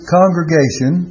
congregation